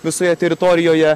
visoje teritorijoje